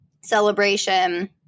celebration